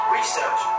Research